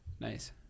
Nice